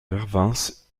vervins